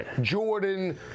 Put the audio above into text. Jordan